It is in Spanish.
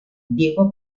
diego